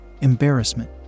embarrassment